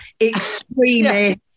extremist